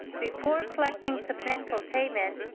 before selecting submit for payment,